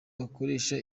bakoresha